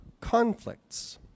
conflicts